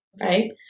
right